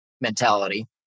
mentality